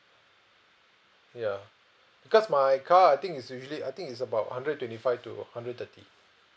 ya because my car I think is usually I think it's about hundred and twenty five to hundred thirty